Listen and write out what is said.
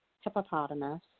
hippopotamus